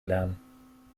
lernen